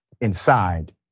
inside